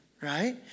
right